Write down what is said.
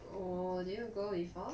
oh do you go before